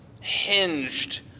hinged